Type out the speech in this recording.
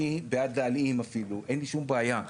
אני בעד אין לי שום בעיה,